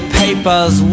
papers